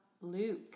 Luke